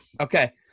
Okay